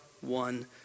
one